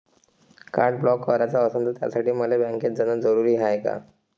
Card block कराच असनं त त्यासाठी मले बँकेत जानं जरुरी हाय का?